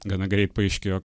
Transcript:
gana greit paaiškėjo